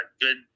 good